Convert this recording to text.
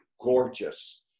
gorgeous